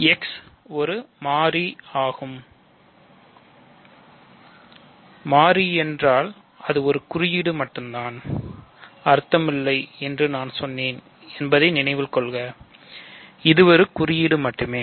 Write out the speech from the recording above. R ஒரு வளையம் மட்டுமே